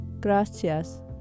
Gracias